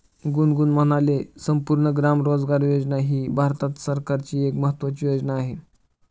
गुनगुन म्हणाले, संपूर्ण ग्राम रोजगार योजना ही भारत सरकारची एक महत्त्वाची योजना आहे